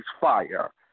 fire